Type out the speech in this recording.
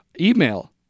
email